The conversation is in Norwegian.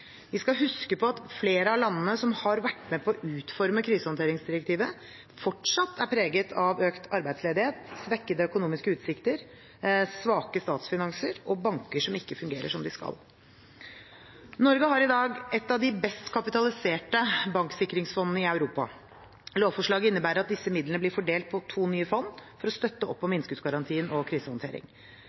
Vi skal huske på at flere av landene som har vært med på å utforme krisehåndteringsdirektivet, fortsatt er preget av økt arbeidsledighet, svekkede økonomiske utsikter, svake statsfinanser og banker som ikke fungerer som de skal. Norge har i dag et av de best kapitaliserte banksikringsfondene i Europa. Lovforslaget innebærer at disse midlene blir fordelt på to nye fond for å støtte opp om innskuddsgarantien og om krisehåndtering.